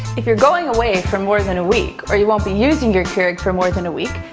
if you're going away for more than a week or you won't be using your keurig for more than a week,